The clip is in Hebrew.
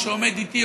שעומד איתי,